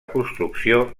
construcció